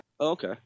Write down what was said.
Okay